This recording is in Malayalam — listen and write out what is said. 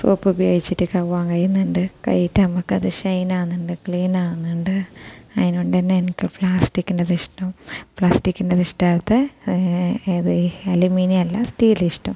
സോപ്പ് ഉപയോഗിച്ചിട്ടൊക്കെ കൗവാൻ കഴിയുന്നുണ്ട് കൈയിട്ട് നമുക്കത്ത് ഷൈൻ ആകുന്നുണ്ട് ക്ലീൻ ആകുന്നുണ്ട് അതിനോട് തന്നെ എനിക്ക് പ്ലാസ്റ്റിക്കിൻ്റെത് ഇഷ്ടം പ്ലാസ്റ്റിക്കിൻ്റെ ഇഷ്ടമല്ലാതെ ഏത് അലുമിനിയം അല്ല സ്റ്റീൽ ഇഷ്ടം